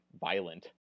violent